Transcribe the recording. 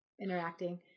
interacting